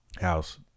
house